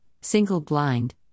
single-blind